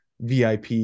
vip